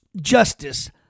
justice